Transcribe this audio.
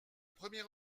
premier